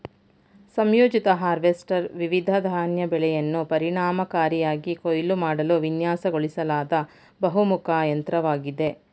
ಸಂಯೋಜಿತ ಹಾರ್ವೆಸ್ಟರ್ ವಿವಿಧ ಧಾನ್ಯ ಬೆಳೆಯನ್ನು ಪರಿಣಾಮಕಾರಿಯಾಗಿ ಕೊಯ್ಲು ಮಾಡಲು ವಿನ್ಯಾಸಗೊಳಿಸಲಾದ ಬಹುಮುಖ ಯಂತ್ರವಾಗಿದೆ